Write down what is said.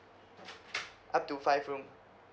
up to five room